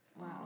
wow